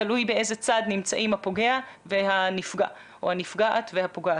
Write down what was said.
תלוי באיזה צד נמצאים הפוגע והנפגע או הנפגעת והפוגעת.